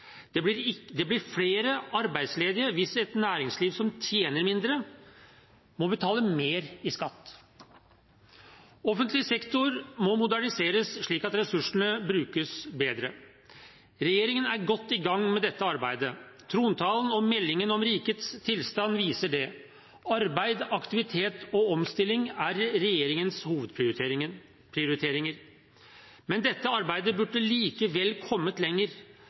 Det blir flere arbeidsledige hvis et næringsliv som tjener mindre, må betale mer i skatt. Offentlig sektor må moderniseres, slik at ressursene brukes bedre. Regjeringen er godt i gang med dette arbeidet. Trontalen og meldingen om rikets tilstand viser det. Arbeid, aktivitet og omstilling er regjeringens hovedprioriteringer. Men dette arbeidet burde likevel ha kommet lenger,